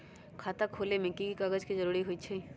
खाता खोले में कि की कागज के जरूरी होई छइ?